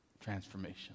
transformation